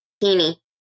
Teeny